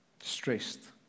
Stressed